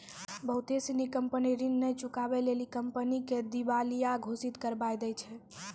बहुते सिनी कंपनी ऋण नै चुकाबै लेली कंपनी के दिबालिया घोषित करबाय दै छै